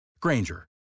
Granger